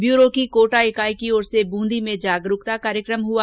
bureau की कोटा इकाई की ओर से बूंदी में जागरूकता कार्यकम हुआ